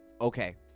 okay